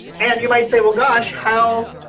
and you might say, well, gosh, how,